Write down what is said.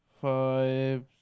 five